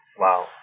Wow